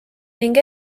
ning